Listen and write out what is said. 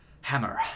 Hammer